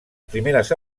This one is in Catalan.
primeres